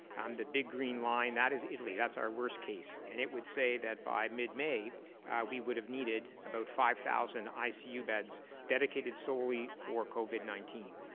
the big green line, that is italy, our worst case. and it would say that by mid-may we would have needed about five thousand icu beds dedicated solely for covid nineteen.